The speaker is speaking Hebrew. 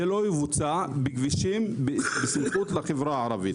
זה לא יבוצע בכבישים בסמיכות לחברה הערבית.